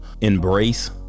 embrace